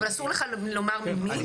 אבל אסור לך לומר ממי ?